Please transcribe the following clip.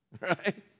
Right